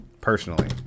personally